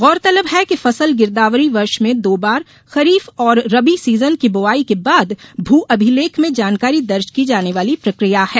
गौरतलब है कि फसल गिरदावरी वर्ष में दो बार खरीफ और रबी सीजन की बुवाई के बाद भू अभिलेख में जानकारी दर्ज की जाने वाली प्रक्रिया है